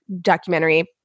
documentary